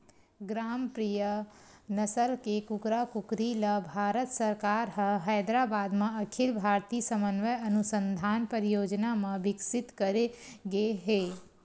ग्रामप्रिया नसल के कुकरा कुकरी ल भारत सरकार ह हैदराबाद म अखिल भारतीय समन्वय अनुसंधान परियोजना म बिकसित करे गे हे